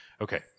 Okay